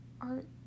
art